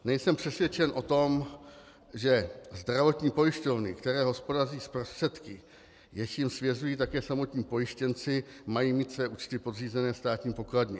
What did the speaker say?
Nejsem přesvědčen o tom, že zdravotní pojišťovny, které hospodaří s prostředky, jež jim svěřují také samotní pojištěnci, mají mít své účty podřízené státní pokladně.